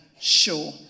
Sure